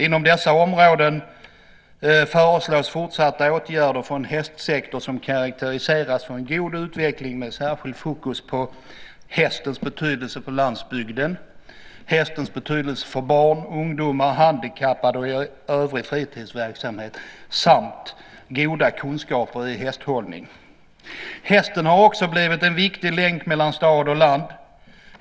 Inom dessa områden föreslås fortsatta åtgärder från hästsektorn som karakteriseras av en god utveckling med särskild fokus på hästens betydelse på landsbygden, hästens betydelse för barn, ungdomar, handikappade och för övrig fritidsverksamhet samt goda kunskaper i hästhållning. Hästen har också blivit en viktig länk mellan stad och land.